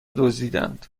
دزدیدند